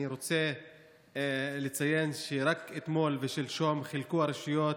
אני רוצה לציין שרק אתמול ושלשום חילקו הרשויות